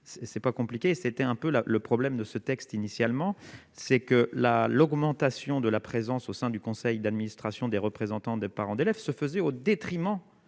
c'est pas compliqué, c'était un peu la le problème de ce texte initialement, c'est que la l'augmentation de la présence au sein du conseil d'administration, des représentants des parents d'élèves se faisait au détriment